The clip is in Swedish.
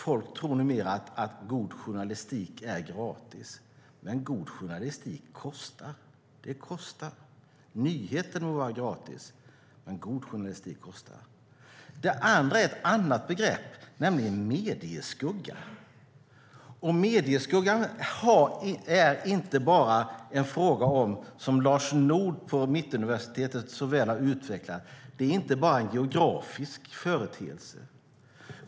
Folk tror numera att god journalistik är gratis, men god journalistik kostar. Nyheter må vara gratis, men god journalistik kostar. Det andra är ett annat begrepp, nämligen "medieskugga". Medieskuggan är inte bara, som Lars Nord på Mittuniversitet så väl har utvecklat, en geografisk företeelse.